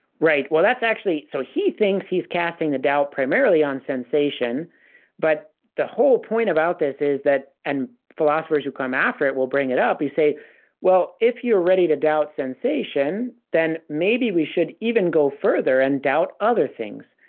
right, well that's actually so he thinks he's casting the doubt primarily on sensation but the whole point about this is that and philosophers who come after it will bring it up you say well if you're ready to doubt sensation, then maybe we should even go further and doubt other things.